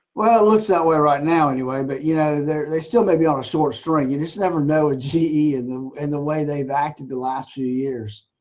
well it looks that way right now anyway but you know they still may be on a source string you just never know a ge and the and the way they've acted the last few years.